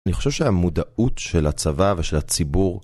אני חושב שהמודעות של הצבא ושל הציבור